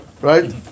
right